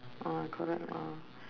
uh correct lah